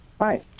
Hi